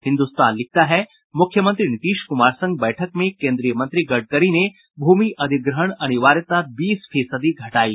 हिन्दुस्तान लिखता है मुख्यमंत्री नीतीश कुमार संग बैठक में केन्द्रीय मंत्री गडकरी ने भूमि अधिग्रहण अनिवार्यता बीस फीसदी घटायी